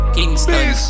Kingston